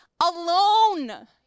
alone